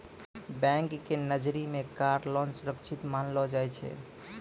bank के नजरी मे कार लोन सुरक्षित मानलो जाय छै